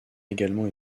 également